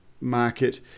market